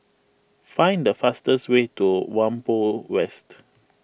find the fastest way to Whampoa West